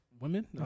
Women